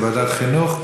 ועדת חינוך?